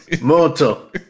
Moto